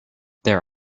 there